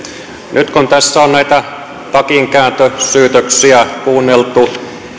nyt kun tässä on näitä takinkääntösyytöksiä kuunneltu